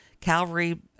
Calvary